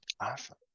Awesome